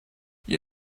you